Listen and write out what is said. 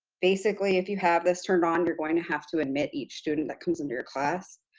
basically, if you have this turned on, you're going to have to admit each student that comes into your class.